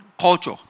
Culture